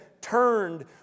turned